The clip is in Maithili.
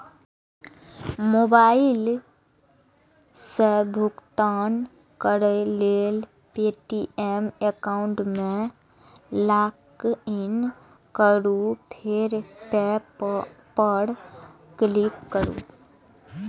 मोबाइल सं भुगतान करै लेल पे.टी.एम एकाउंट मे लॉगइन करू फेर पे पर क्लिक करू